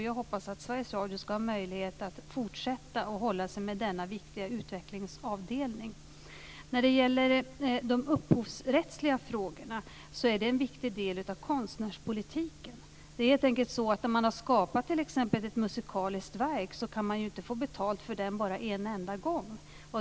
Jag hoppas att Sveriges Radio ska ha möjlighet att fortsätta att hålla sig med denna viktiga utvecklingsavdelning. De upphovsrättsliga frågorna är en viktig del av konstnärspolitiken. Det är helt enkelt så att man inte kan få betalt bara en enda gång när man har skapat t.ex. ett musikaliskt verk.